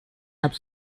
have